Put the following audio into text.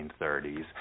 1930s